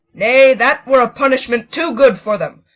nay, that were a punishment too good for them,